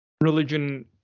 religion